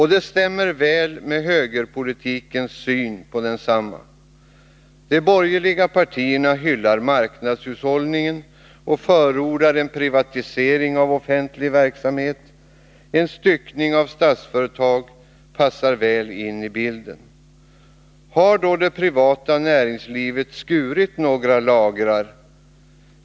Det stämmer väl med högerns syn på densamma. De borgerliga partierna hyllar marknadshushållningen och förordar en privatisering av offentlig verksamhet. En styckning av Statsföretag passar väl in i bilden. Har då det privata näringslivet skurit några lagrar?